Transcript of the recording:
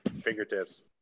fingertips